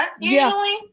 usually